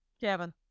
Kevin